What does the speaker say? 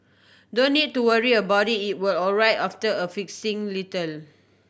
don't need to worry about it it will alright after a fixing little